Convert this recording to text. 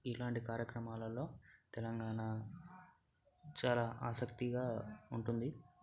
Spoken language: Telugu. ఇలాంటి కార్యక్రమాలలో తెలంగాణ చాలా ఆసక్తిగా ఉంటుంది